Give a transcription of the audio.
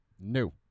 No